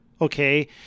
Okay